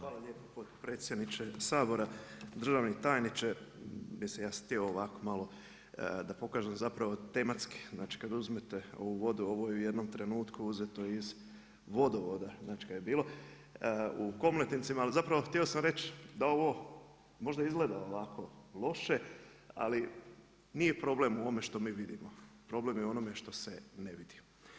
Hvala lijepa potpredsjedniče Sabora, državni tajniče, mislim ja sam htio ovako malo da pokažem zapravo tematski, znači kada uzmete ovu vodu, ovo je u jednom trenutku uzeto iz vodovoda, znači kada je bilo u Komletincima, ali zapravo htio sam reći da ovo možda izgleda ovako loše ali nije problem u ovome što mi vidimo, problem je u onome što se ne vidi.